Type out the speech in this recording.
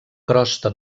crosta